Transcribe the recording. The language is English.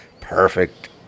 perfect